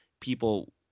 people